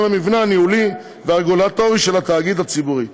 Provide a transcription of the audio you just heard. המבנה הניהולי והרגולטורי של התאגיד הציבורי.